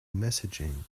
messaging